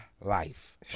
life